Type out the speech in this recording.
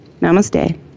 Namaste